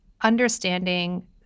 understanding